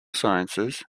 sciences